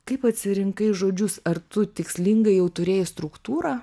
kaip atsirinkai žodžius ar tu tikslingai jau turėjai struktūrą